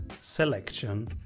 selection